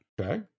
Okay